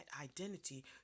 identity